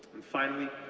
and finally,